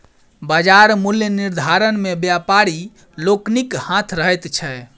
बाजार मूल्य निर्धारण मे व्यापारी लोकनिक हाथ रहैत छै